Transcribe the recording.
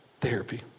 therapy